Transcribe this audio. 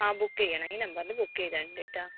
ആ ബുക്കെയ്യണം ഈ നമ്പറില് ബുക്കെയ്താൽ മതീട്ടോ